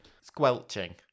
squelching